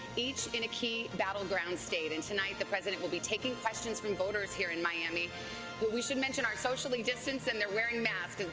each in a key battleground state. and tonight the president will be taking questions from voters here in miami but we should mention are socially distanced and they're wearing masks.